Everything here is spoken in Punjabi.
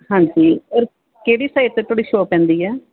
ਹਾਂਜੀ ਔਰ ਕਿਹੜੀ ਸਾਈਡ 'ਤੇ ਤੁਹਾਡੀ ਸ਼ੋਪ ਪੈਂਦੀ ਹੈ